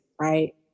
right